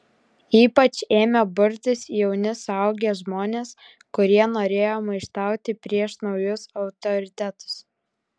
ypač ėmė burtis jauni suaugę žmonės kurie norėjo maištauti prieš naujus autoritetus